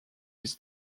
his